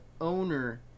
owner